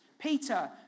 Peter